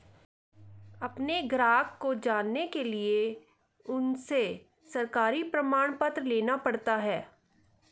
अपने ग्राहक को जानने के लिए उनसे सरकारी प्रमाण पत्र लेना पड़ता है